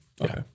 Okay